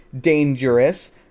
Dangerous